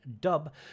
Dub